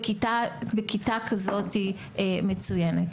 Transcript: בכיתה כזאת מצוינת.